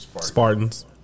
Spartans